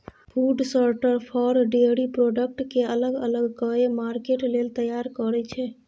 food शार्टर फर, dairy product केँ अलग अलग कए मार्केट लेल तैयार करय छै